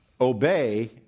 obey